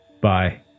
Bye